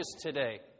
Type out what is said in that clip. today